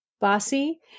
bossy